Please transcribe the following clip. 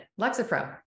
Lexapro